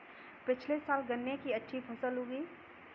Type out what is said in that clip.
पिछले साल गन्ने की अच्छी फसल उगी